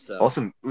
Awesome